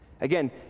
Again